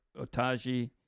Otaji